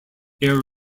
air